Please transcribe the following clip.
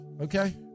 Okay